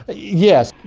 ah yes.